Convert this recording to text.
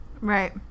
Right